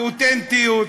באותנטיות,